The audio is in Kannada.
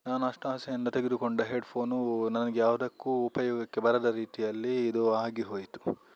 ನಾನು ಅಷ್ಟು ಆಸೆಯಿಂದ ತೆಗೆದುಕೊಂಡ ಹೆಡ್ಫೋನು ನನಗೆ ಯವುದಕ್ಕೂ ಉಪಯೋಗಕ್ಕೆ ಬರದ ರೀತಿಯಲ್ಲಿ ಇದು ಆಗಿ ಹೋಯಿತು